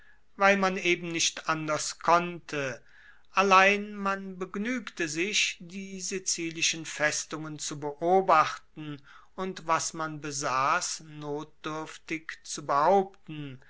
weil man eben nicht anders konnte allein man begnuegte sich die sizilischen festungen zu beobachten und was man besass notduerftig zu behaupten